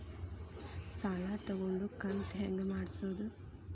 ಸಾಲ ತಗೊಂಡು ಕಂತ ಹೆಂಗ್ ಮಾಡ್ಸೋದು?